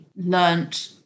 learned